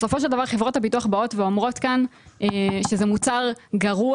בסופו של דבר חברות הביטוח באות ואומרות כאן שזה מוצר גרוע.